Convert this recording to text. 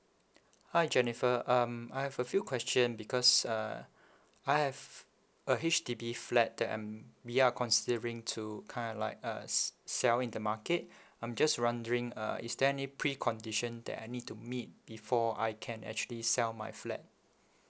hi jennifer um I have a few question because uh I have a H_D_B flat that um we are considering to kind of like uh s~ sell in the market I'm just wondering uh is there any pre condition that I need to meet before I can actually sell my flat